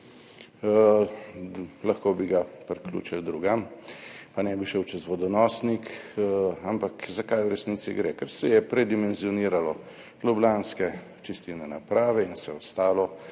lahko bi ga priključili drugam in ne bi šel čez vodonosnik. Ampak za kaj v resnici gre? Ker se je predimenzioniralo ljubljanske čistilne naprave in vse ostalo